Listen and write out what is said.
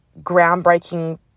groundbreaking